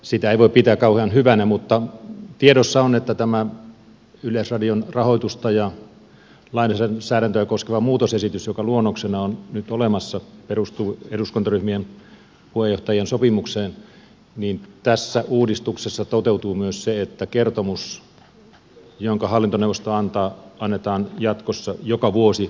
sitä ei voi pitää kauhean hyvänä mutta tiedossa on että kun tämä yleisradion rahoitusta ja lainsäädäntöä koskeva muutosesitys joka perustuu eduskuntaryhmien puheenjohtajien sopimukseen on nyt luonnoksena olemassa niin tässä uudistuksessa toteutuu myös se että kertomus jonka hallintoneuvosto antaa annetaan jatkossa joka vuosi